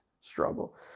struggle